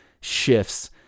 shifts